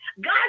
God